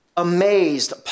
amazed